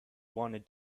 wanted